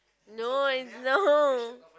no it's no